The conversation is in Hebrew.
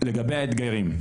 לגבי האתגרים.